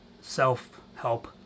self-help